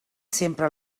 sempre